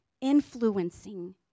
Influencing